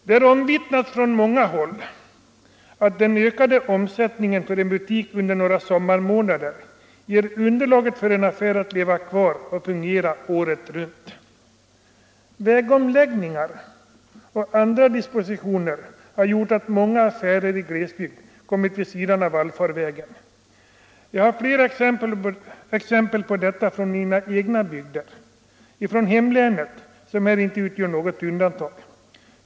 Det har omvittnats från många håll att den ökade omsättningen för en butik under några sommarmånader ger den underlag för att leva kvar och fungera året runt. Vägomläggningar och andra omdispositioner har gjort att många affärer i glesbygd har kommit vid sidan av allfarvägen. Jag har flera exempel på detta från mina egna bygder, från mitt hemlän, som inte utgör något undantag.